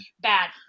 Bad